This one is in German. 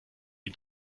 die